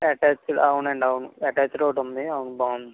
attached అవును అండి అవును అటాచ్డ్ ఒకటి ఉంది అవును బాగుంది